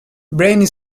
brain